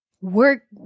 work